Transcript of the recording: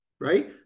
right